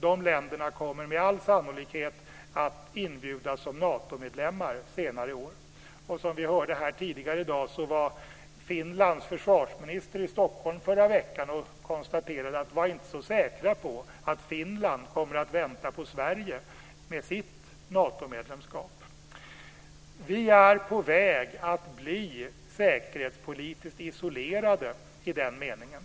De länderna kommer med all sannolikhet att inbjudas som Natomedlemmar senare i år. Som vi hörde tidigare i dag var Finlands försvarsminister i Stockholm i förra veckan. Han konstaterade att vi inte skulle vara så säkra på att Finland kommer att vänta på Sverige med sitt Natomedlemskap. Sverige är på väg att bli säkerhetspolitiskt isolerade i den meningen.